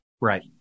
Right